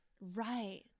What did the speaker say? Right